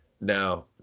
Now